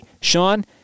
Sean